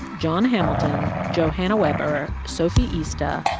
jon hamilton, johanna weber, sophie ista,